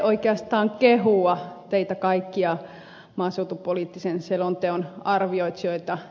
haluan kehua teitä kaikkia maaseutupoliittisen selonteon arvioitsijoita